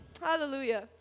Hallelujah